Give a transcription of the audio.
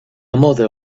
mother